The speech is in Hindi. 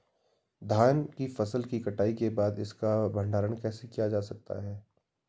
धान की फसल की कटाई के बाद इसका भंडारण कैसे किया जा सकता है?